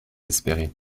espérer